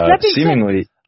seemingly